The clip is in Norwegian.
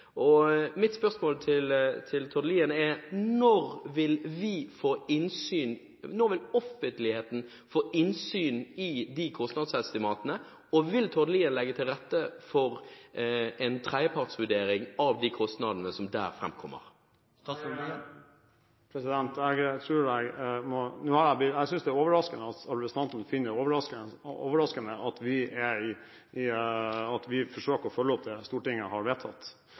og mitt spørsmål til statsråd Lien er: Når vil vi – når vil offentligheten – få innsyn i de kostnadsestimatene, og vil statsråd Lien legge til rette for en tredjepartsvurdering av de kostnadene som der framkommer? Jeg synes det er overraskende at representanten finner det overraskende at vi forsøker å følge opp det Stortinget har vedtatt.